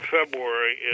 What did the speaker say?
February